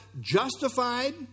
justified